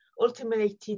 Ultimately